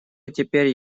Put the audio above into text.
теперь